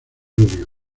rubio